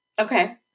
Okay